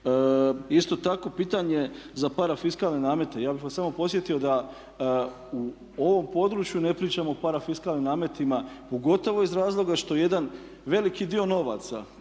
Isto tako pitanje za parafiskalne namete, ja bih vas samo podsjetio da u ovom području ne pričamo o parafiskalnim nametima pogotovo iz razloga što jedan veliki dio novaca